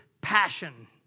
passion